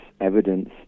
evidence